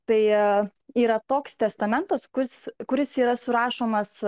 tai yra toks testamentas kurs kuris yra surašomas